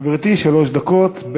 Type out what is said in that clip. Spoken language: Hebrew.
גברתי, שלוש דקות.